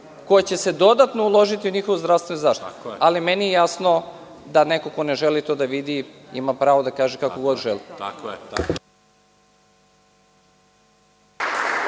koja će se dodatno uložiti u njihovu zdravstvenu zaštitu. Jasno mi je da neko ko ne želi to da vidi ima pravo da kaže kako god želi.